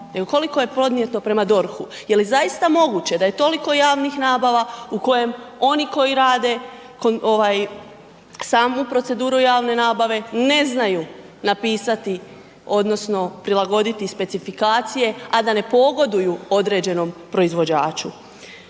koliko je podnijeto prema DORH-u? Je li zaista moguće da je toliko javnih nabava u kojem oni koji rade samu proceduru javne nabave ne znaju napisati odnosno prilagoditi specifikacije, a da ne pogoduju određenom proizvođaču.